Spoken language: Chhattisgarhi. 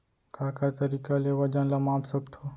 का का तरीक़ा ले वजन ला माप सकथो?